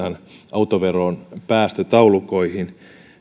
autoveron päästötaulukoihin